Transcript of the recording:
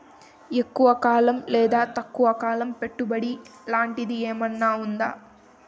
ఎక్కువగా కాలం లేదా తక్కువ కాలం పెట్టుబడి లాంటిది ఏమన్నా ఉందా